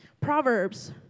Proverbs